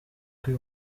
kw’i